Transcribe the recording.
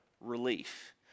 relief